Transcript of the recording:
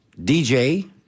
DJ